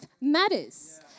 matters